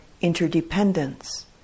interdependence